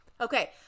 Okay